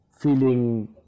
feeling